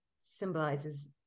symbolizes